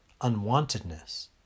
unwantedness